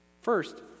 First